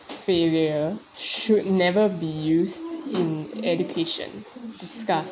failure should never be used in education discuss